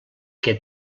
què